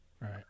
right